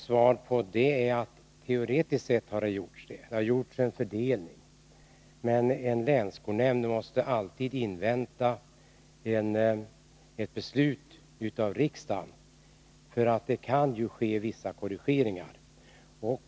Svaret på det är att det teoretiskt sett har gjorts en fördelning, men en länsskolnämnd måste alltid invänta ett beslut av riksdagen, för det kan ju ske vissa korrigeringar.